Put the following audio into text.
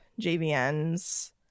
JVN's